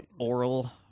Oral